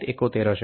71 હશે